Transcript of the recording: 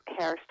hairstyle